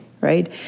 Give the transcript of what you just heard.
right